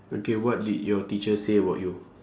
okay what did your teacher say about you